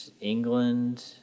England